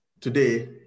today